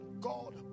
god